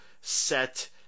set